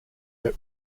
but